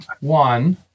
One